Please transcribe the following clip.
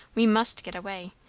we must get away.